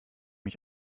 ich